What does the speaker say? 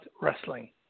wrestling